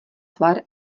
tvar